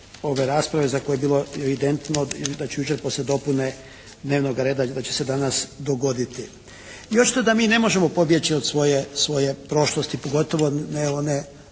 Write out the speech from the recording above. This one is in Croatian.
ove rasprave za koju je bilo evidentno da će jučer poslije dopune dnevnoga reda da će se danas dogoditi. I očito da mi ne možemo pobjeći od svoje prošlosti pogotovo ne one,